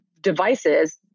devices